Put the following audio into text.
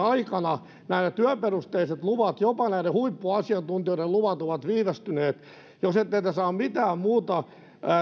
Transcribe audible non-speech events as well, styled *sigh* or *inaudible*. *unintelligible* aikana nämä työperusteiset luvat jopa näiden huippuasiantuntijoiden luvat ovat viivästyneet jos te ette saa mitään muuta